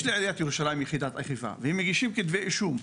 יש לעיריית ירושלים יחידת אכיפה והם מגישים כתבי אישום,